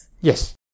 Yes